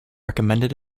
recommended